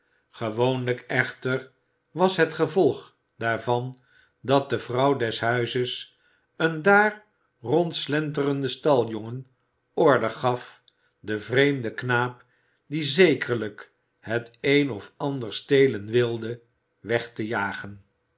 gewoonlijk echter was het gevolg daarvan dat de vrouw des huizes een daar rondslenterenden staljongen order gaf den vreemden knaap die zekerlijk het een of ander stelen wilde weg te jagen